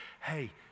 hey